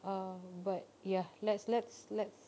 uh but ya let's let's let's